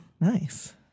nice